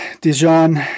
Dijon